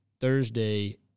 Thursday